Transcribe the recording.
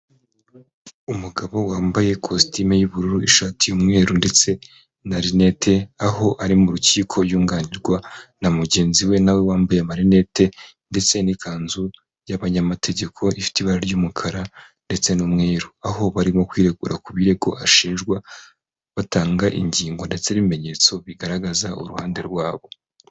Umugabo wambaye ikositimu y'ubururu ishati y'umweru ndetse na rinete, aho ari mu rukiko yunganirwa na mugenzi we nawe wambaye amarinete ndetse n'ikanzu y'abanyamategeko ifite ibara ry'umukara ndetse n'umweru, aho barimo kwiregura ku birego bashinjwa batanga ingingo ndetse n'ibimenyetso bigaragaza uruhande rwabo.